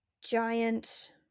giant